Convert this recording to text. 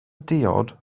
diod